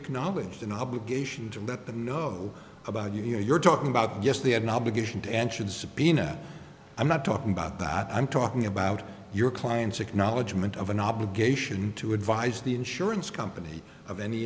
acknowledged an obligation to let them know about you you're talking about yes the an obligation to ensure the subpoena i'm not talking about that i'm talking about your clients acknowledgement of an obligation to advise the insurance company of any